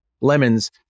lemons